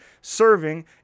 serving